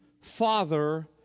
Father